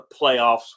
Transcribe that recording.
playoffs